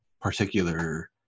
particular